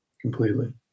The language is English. completely